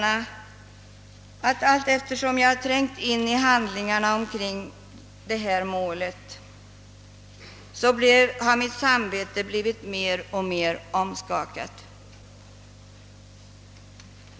Allteftersom jag har trängt in i handlingarna omkring målet har mitt samvete blivit mer och mer omskakat.